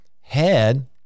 head